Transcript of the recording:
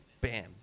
bam